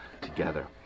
together